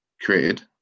created